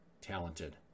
talented